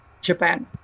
Japan